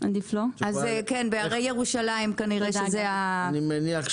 בהרי ירושלים כנראה זה העניין.